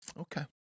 Okay